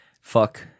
Fuck